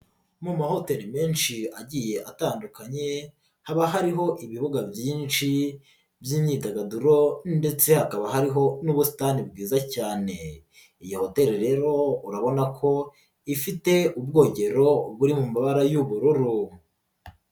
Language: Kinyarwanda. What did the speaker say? Mu mahoteli menshi agiye atandukanye, haba hariho ibibuga byinshi by'imyidagaduro ndetse hakaba hariho n'ubusitani bwiza cyane, iyi hoteli rero urabona ko ifite ubwogero, buri mu mabara y'ubururu.